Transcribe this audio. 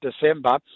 December